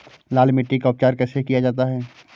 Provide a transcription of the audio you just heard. लाल मिट्टी का उपचार कैसे किया जाता है?